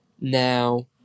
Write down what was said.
Now